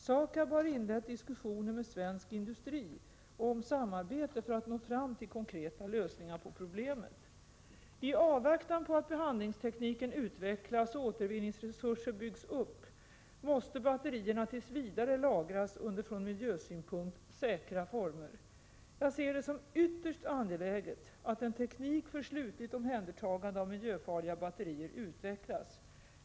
SAKAB har inlett diskussioner med svensk industri om samarbete för att nå fram till konkreta lösningar på problemet. I avvaktan på att behandlingstekniken utvecklas och återvinningsresurser byggs upp måste batterierna tills vidare lagras under från miljösynpunkt säkra former. Jag ser det som ytterst angeläget att en teknik för slutligt omhändertagande av miljöfarliga batterier utvecklas.